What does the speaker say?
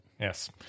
Yes